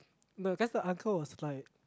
no then the uncle was like